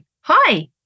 hi